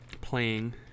playing